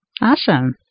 Awesome